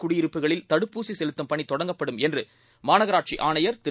குடியிருப்புகளில் தடுப்பூசி செலுத்தம் பணி தொடங்கப்படும் என்று மாநகராட்சி ஆணையர் திரு